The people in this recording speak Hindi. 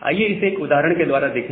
आइए इसे एक उदाहरण के द्वारा देखें